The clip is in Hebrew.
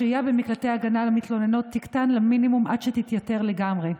השהייה במקלטי הגנה למתלוננות תקטן למינימום עד שתתייתר לגמרי.